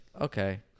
okay